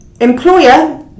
Employer